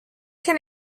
can